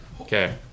Okay